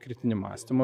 kritinį mąstymą